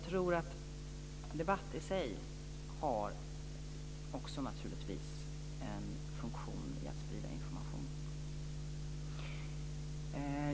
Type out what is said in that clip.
Debatt har i sig funktionen att sprida information.